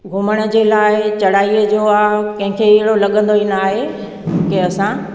घुमण जे लाइ चढ़ाईअ जो आहे कंहिंखे अहिड़ो लॻंदो ई न आहे की असां